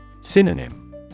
Synonym